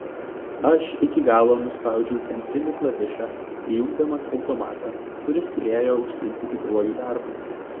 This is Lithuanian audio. aš iki galo nuspaudžiau centrinį klavišą įjungdamas automatą kuris turėjo užsiimti tikruoju darbu